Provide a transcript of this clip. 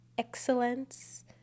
excellence